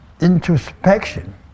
introspection